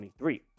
2023